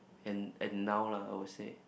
and and now lah I would say